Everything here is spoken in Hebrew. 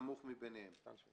הנמוך מביניהם.